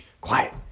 quiet